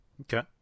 Okay